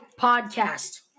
podcast